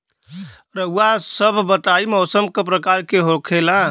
रउआ सभ बताई मौसम क प्रकार के होखेला?